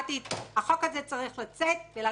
החוק הזה צריך לצאת ולרדת מסדר-היום.